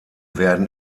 werden